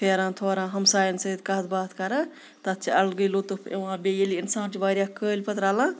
پھیران تھوران ہَمسایَن سۭتۍ کَتھ باتھ کَران تَتھ چھِ اَلگٕے لُطُف یِوان بیٚیہِ ییٚلہِ اِنسان چھِ واریاہ کٲلۍ پَتہٕ رَلان